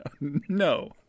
No